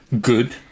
Good